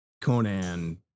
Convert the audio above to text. Conan